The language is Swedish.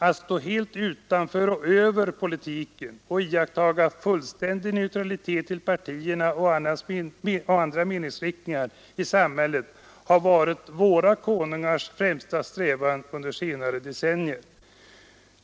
Att stå helt utanför och över politiken och iaktta fullständig neutralitet till partierna och andra meningsriktningar i samhället har varit våra konungars främsta strävan under senare decennier.